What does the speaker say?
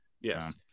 yes